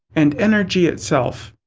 and energy itself.